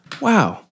Wow